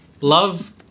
Love